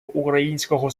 українського